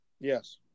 Yes